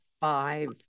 five